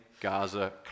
Gaza